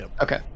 Okay